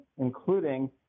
including